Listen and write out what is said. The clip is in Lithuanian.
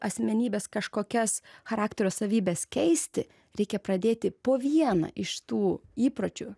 asmenybės kažkokias charakterio savybes keisti reikia pradėti po vieną iš tų įpročių